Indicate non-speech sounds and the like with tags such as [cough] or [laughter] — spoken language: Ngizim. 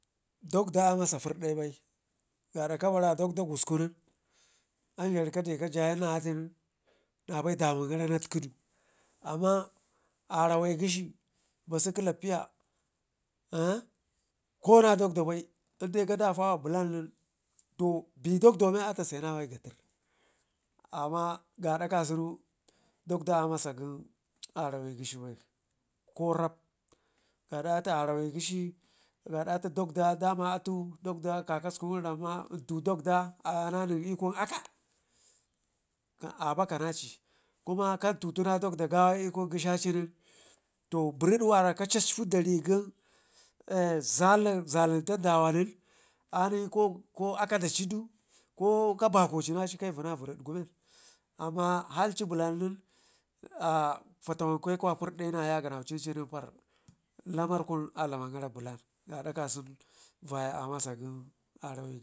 Dagda amasa purdai bai gaada kabara dagda kuskunen amzharu kade ka jayi nen nabai damungara natkədu, amma arawai gheshi basuk eƙəllafiya [hesitation] kona dakda bai i'dai gadalla blan nen to be dakdo wun a taseyinawa i'ga tər, amma gaada kasunu dak da amasa gən arawi gheshi bai ko rap gaada atu arawe gheshi gaada atu dakda dame atu dakda kakasku wun ramma i'ntu dakda ayana nən ikun aka abakanaci, kuma gantutu na dakda gawa i'kun gə shaci nen to bərid wara ka cacpi nen [hesitation] zaluntan dawa nen anii ko aka dacidu ko ka bakofinaci kaivuna bəri dgu men halci blan nen fatawenke ka purdai na yaganaucincinen par lamar kun adlam gara blan gaada kasen nu dakda ammasa arawe.